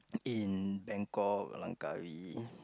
in Bangkok Langkawi